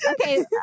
okay